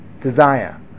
desire